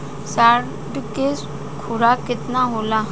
साढ़ के खुराक केतना होला?